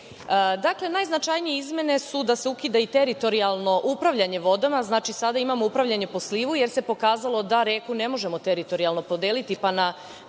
najznačajnije izmene su da se ukida teritorijalno upravljanje vodama. Znači, sada imamo upravljanje po slivu, jer se pokazalo da reku ne možemo teritorijalno podeliti, pa po